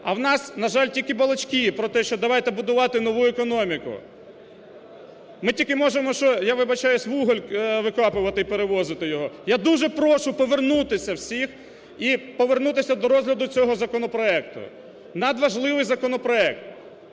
А у нас, на жаль, тільки балачки, про те, що давайте будувати нову економіку. Ми тільки можемо, що, я вибачаюсь, вуголь викопувати і перевозити його. Я дуже прошу повернутися всіх і повернутися до розгляду цього законопроекту, надважливий законопроект.